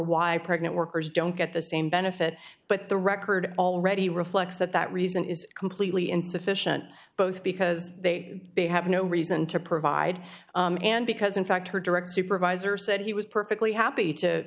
a pregnant workers don't get the same benefit but the record already reflects that that reason is completely insufficient both because they have no reason to provide and because in fact her direct supervisor said he was perfectly happy to